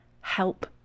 help